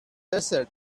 desert